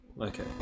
okay